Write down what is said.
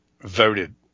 voted